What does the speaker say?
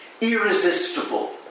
irresistible